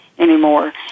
anymore